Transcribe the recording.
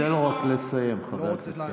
תן לו רק לסיים, חבר הכנסת יברקן.